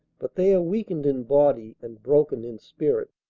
but they are weakened in body and broken in spirit.